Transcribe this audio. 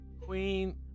queen